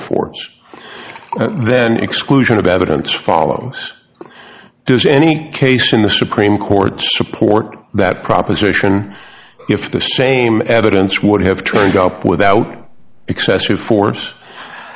force then exclusion of evidence follow does any case in the supreme court support that proposition if the same evidence would have turned up without excessive force